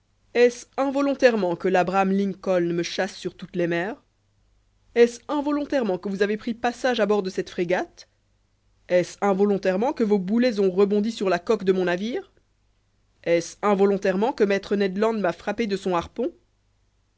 est-ce involontairement que labraham lincoln me chasse sur toutes les mers est-ce involontairement que vous avez pris passage à bord de cette frégate est-ce involontairement que vos boulets ont rebondi sur la coque de mon navire est-ce involontairement que maître ned land m'a frappé de son harpon